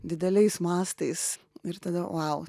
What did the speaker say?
dideliais mastais ir tada vau